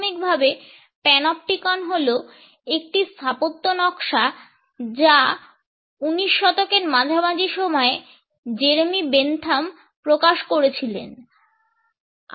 প্রাথমিকভাবে Panopticon হল একটি স্থাপত্য নকশা যা 19 শতকের মাঝামাঝি সময়ে জেরেমি বেন্থাম প্রকাশ করেছিলেন